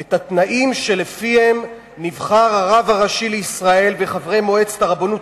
את התנאים שלפיהם הרב הראשי לישראל וחברי מועצת הרבנות